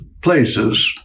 places